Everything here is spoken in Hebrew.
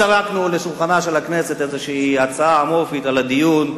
לא זרקנו לשולחנה של הכנסת איזושהי הצעה אמורפית לדיון,